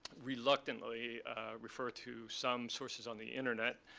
reluctantly refer to some sources on the internet,